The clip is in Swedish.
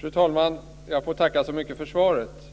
Fru talman! Jag får tacka så mycket för svaret.